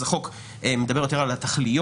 אז החוק מדבר יותר על התכליות,